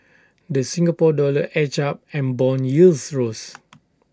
the Singapore dollar edged up and Bond yields rose